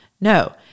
No